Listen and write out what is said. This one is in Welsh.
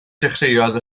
ddechreuodd